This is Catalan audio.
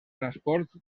transports